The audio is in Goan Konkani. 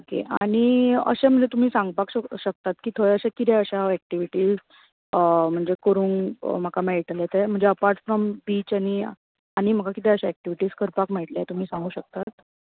ओके आनी अशें म्हणजे तुमी सांगपाक शकता की थंय अशें कितें अशें आहा एक्टिविटीज जे करूंक म्हाका मेळटले ते अपार्ट फ्रोम बीच आनी आनी कितें अशें एक्टिवीटीज करपाक मेळटले तुमी सांगूक शकतात